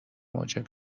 موجب